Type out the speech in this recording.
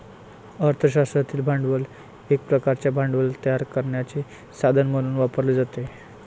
अर्थ शास्त्रातील भांडवल एक प्रकारचे भांडवल तयार करण्याचे साधन म्हणून वापरले जाते